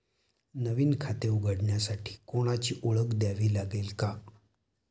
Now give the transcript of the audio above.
नवीन खाते उघडण्यासाठी कोणाची ओळख द्यावी लागेल का?